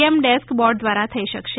એમ desk board દ્વારા થઇ શકશે